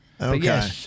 Okay